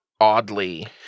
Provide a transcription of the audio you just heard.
oddly